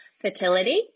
fertility